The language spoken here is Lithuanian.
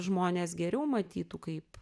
žmonės geriau matytų kaip